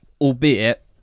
albeit